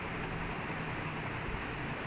after a while